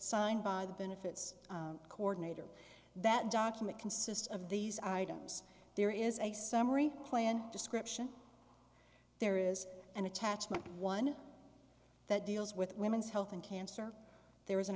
signed by the benefits coordinator that document consists of these items there is a summary plan description there is an attachment one that deals with women's health and cancer there is an